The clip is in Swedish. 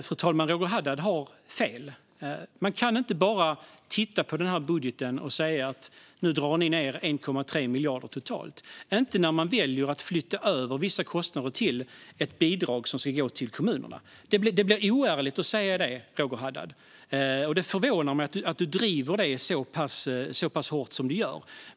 Fru talman! Roger Haddad har fel. Man kan inte bara titta på den här budgeten och säga att vi drar ned med 1,3 miljarder totalt när vi väljer att flytta över vissa kostnader till ett bidrag som ska gå till kommunerna. Det blir oärligt att säga det. Det förvånar mig att Roger Haddad driver detta så pass hårt som han gör.